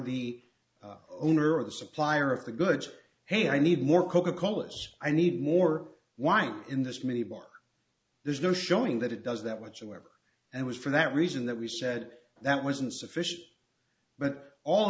the owner of the supplier of the goods hey i need more coca cola i need more wine in this mini bar there's no showing that it does that whatsoever and it was for that reason that we said that was insufficient but all